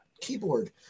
keyboard